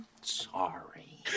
sorry